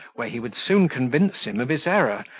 where he would soon convince him of his error,